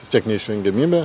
vis tiek neišvengiamybė